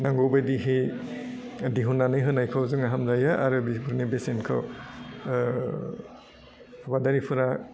नांगौ बायदिहै दिहुन्नानै होनायखौ जोङो हामजायो आरो बेफोरनि बेसेनखौ आबादारिफोरा